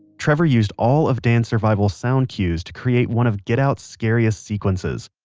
trevor used all of dan's survival sound cues to create one of get out's scariest sequences.